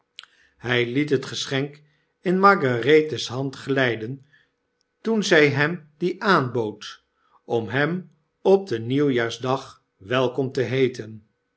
htj liet zijn geschenk in margarethe's hand glijden toen zy hem die aanbood om hem op den nieuwsjaardag welkom te heeten